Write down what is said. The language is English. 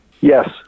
Yes